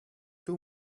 two